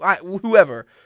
Whoever